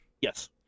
Yes